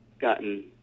gotten